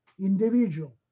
individual